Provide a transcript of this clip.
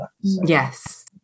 Yes